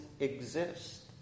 exist